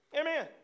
Amen